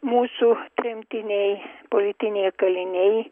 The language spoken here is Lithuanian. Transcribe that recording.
mūsų tremtiniai politiniai kaliniai